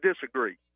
disagree